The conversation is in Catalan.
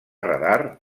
radar